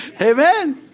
amen